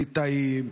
ליטאים,